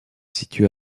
situe